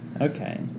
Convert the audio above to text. Okay